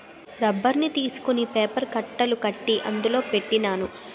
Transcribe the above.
రబ్బర్ని తీసుకొని పేపర్ కట్టలు కట్టి అందులో పెట్టినాను